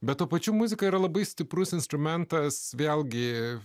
bet tuo pačiu muzika yra labai stiprus instrumentas vėlgi